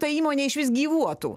ta įmonė išvis gyvuotų